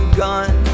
gone